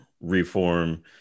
reform